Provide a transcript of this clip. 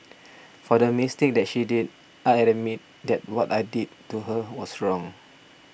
for the mistake that she did I admit that what I did to her was wrong